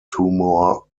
tumour